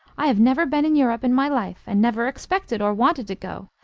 i have never been in europe in my life, and never expected or wanted to go.